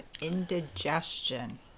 indigestion